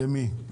למי?